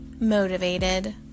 motivated